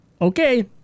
Okay